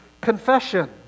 confession